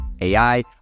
AI